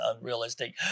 unrealistic